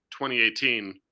2018